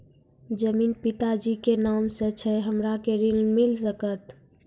जमीन पिता जी के नाम से छै हमरा के ऋण मिल सकत?